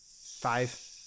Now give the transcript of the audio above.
Five